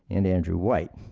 and andrew white.